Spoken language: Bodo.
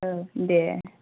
औ दे